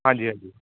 ਹਾਂਜੀ ਹਾਂਜੀ